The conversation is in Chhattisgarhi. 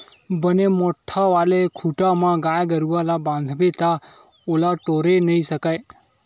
बने मोठ्ठ वाले खूटा म गाय गरुवा ल बांधबे ता ओला टोरे नइ सकय